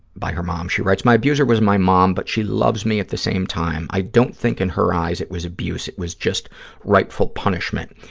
by her mom. she writes, my abuser was my mom but she loves me at the same time. i don't think in her eyes it was abuse. it was just rightful punishment.